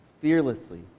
fearlessly